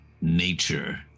nature